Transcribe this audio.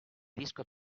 disco